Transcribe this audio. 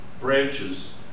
branches